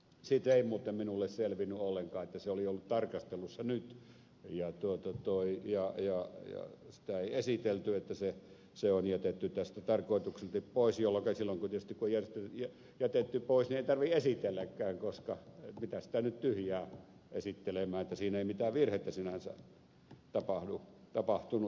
siitä ei muuten minulle selvinnyt ollenkaan että se oli ollut tarkastelussa nyt ja sitä ei esitelty että se on jätetty tästä tarkoituksellisesti pois jolloinka silloin kun on jätetty pois niin ei tarvitse tietysti esitelläkään koska mitä sitä nyt tyhjää esittelemään niin että siinä ei mitään virhettä sinänsä tapahtunut